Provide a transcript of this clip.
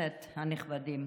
הכנסת הנכבדים,